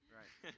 right